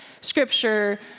scripture